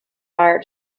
fire